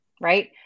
right